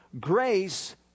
Grace